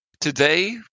today